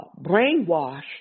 brainwashed